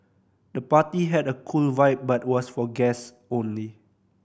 the party had a cool vibe but was for guests only